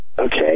Okay